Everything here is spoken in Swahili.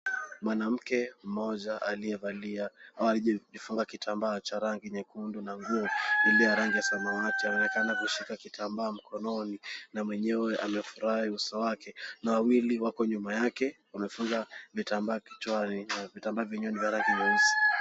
Mwanamke mmoja aliyejifunga kitambaa cha rangi nyekundu na nguo iliyo ya rangi ya samawati, anaonekana akishika kitambaa mkononi na mwenyewe amefurahi uso wake na wawili wako nyuma yake na wamefunga kitambaa kichwani. Vitambaa vyenyewe ni vya rangi nyeusi.